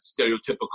stereotypical